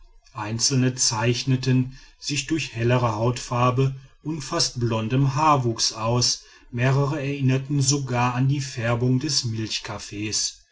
einzelne zeichneten sich durch helle hautfarbe und fast blonden haarwuchs aus mehrere erinnerten sogar an die färbung des milchkaffees